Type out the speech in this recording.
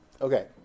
Okay